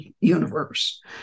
universe